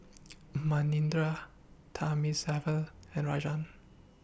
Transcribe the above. Manindra Thamizhavel and Rajan